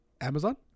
Amazon